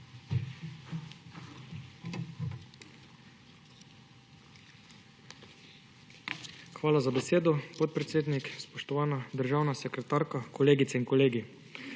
Hvala za besedo, podpredsednik. Spoštovana državna sekretarka, kolegice in kolegi!